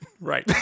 Right